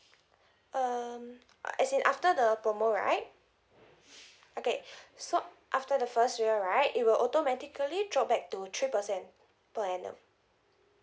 um as in after the promo right okay so after the first year right it will also automatically drop back to three percent per annum